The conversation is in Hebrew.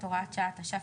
כ"ד באייר התשפ"ב,